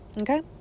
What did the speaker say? Okay